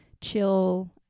chill